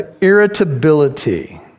irritability